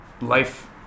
life